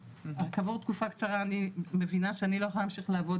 כעבור תקופה קצרה אני מבינה שאני לא יכולה להמשיך לעבוד,